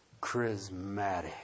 Charismatic